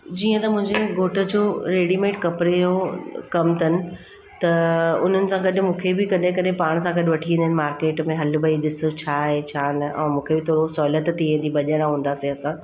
जीअं त मुंहिंजे घोठ जो रैडीमेड कपिड़े जो कमु अथनि त उन्हनि सां गॾु मूंखे बि कॾहिं कॾहिं पाण सां गॾु वठी वेंदा आहिनि मार्केट में हल भई ॾिसि छा आहे छा न आहे मूंखे बि थोरो सहुलियत थी वेंदी ॿ ॼणा हूंदासीं असां